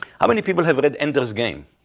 how many people have read ender's game?